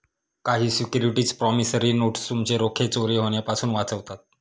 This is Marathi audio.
काही सिक्युरिटीज प्रॉमिसरी नोटस तुमचे रोखे चोरी होण्यापासून वाचवतात